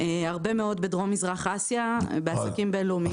הרבה מאוד בדרום-מזרח אסיה, בעסקים בין-לאומיים,